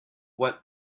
what